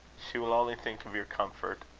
she will only think of your comfort,